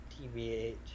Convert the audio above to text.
tbh